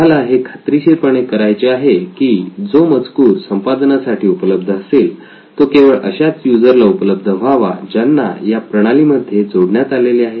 तुम्हाला हे खात्रीशीरपणे करायचे आहे की जो मजकूर संपादनासाठी उपलब्ध असेल तो केवळ अशाच युजर ला उपलब्ध व्हावा ज्यांना या प्रणालीमध्ये जोडण्यात आले आहे